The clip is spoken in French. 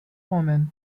romaine